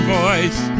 voice